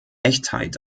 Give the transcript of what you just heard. echtheit